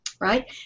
right